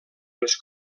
les